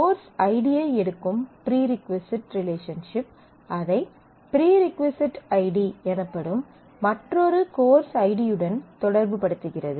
course ஐடியை எடுக்கும் prerequisite relationship அதை ப்ரீ ரிக்வசைட் ஐடி எனப்படும் மற்றொரு கோர்ஸ் ஐடியுடன் தொடர்புபடுத்துகிறது